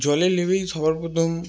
জলে নেমেই সবার প্রথম